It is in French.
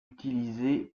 utilisé